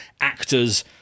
actors